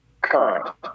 current